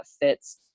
fits